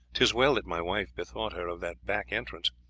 tis well that my wife bethought her of that back entrance.